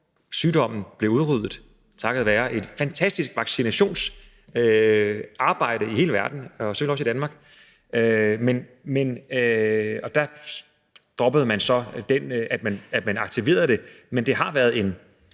kopper blev udryddet takket være et fantastisk vaccinationsarbejde i hele verden og selvfølgelig også i Danmark. Det droppede man så at aktivere, men det har været en